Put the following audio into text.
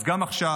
אז גם עכשיו,